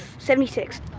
seventy six.